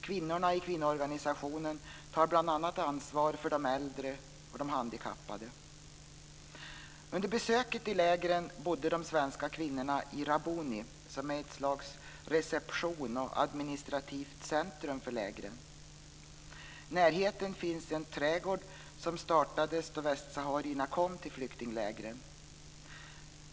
Kvinnorna i kvinnoorganisationen tar bl.a. ansvar för de äldre och de handikappade. Under besöket i lägren bodde de svenska kvinnorna i Rabuni, som är ett slags reception och administrativt centrum för lägren. I närheten finns en trädgård som startades då västsaharierna kom till flyktinglägren.